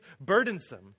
burdensome